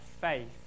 faith